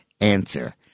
answer